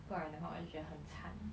不然的话我就会觉得很惨